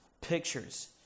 pictures